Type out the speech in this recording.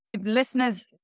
Listeners